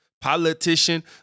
politician